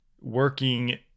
working